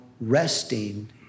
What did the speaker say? resting